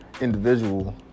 individual